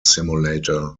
simulator